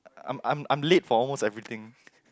I'm I'm I'm late for almost everything